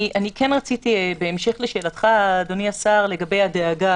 אני רציתי בהמשך לשאלתך, אדוני השר, לגבי הדאגה